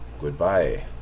goodbye